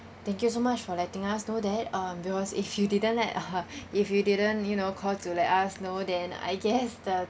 thank you so much for letting us know that um we was if you didn't let us uh if you didn't you know call to let us know then I guess the